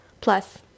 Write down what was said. Plus